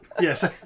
Yes